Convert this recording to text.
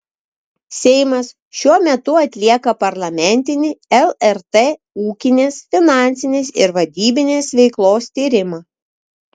seimas šiuo metu atlieka parlamentinį lrt ūkinės finansinės ir vadybinės veiklos tyrimą